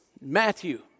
Matthew